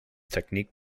technique